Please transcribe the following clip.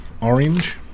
orange